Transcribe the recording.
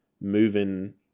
moving